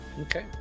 Okay